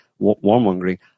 Warmongering